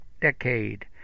decade